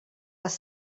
les